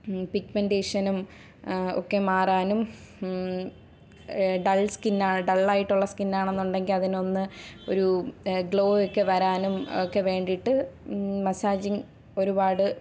പിഗ്മെൻ്റെഷനും ഒക്കെ മാറാനും ഡൾ സ്കിന്നാണ് ഡള്ളായിട്ടുള്ള സ്കിന്നാണെന്നുണ്ടെങ്കിൽ അതിനെ ഒന്ന് ഒരു ഗ്ലോ ഒക്കെ വരാനും ഒക്കെ വേണ്ടിയിട്ട് മസാജിംഗ് ഒരുപാട്